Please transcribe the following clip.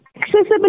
Accessibility